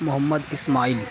محمد اسماعیل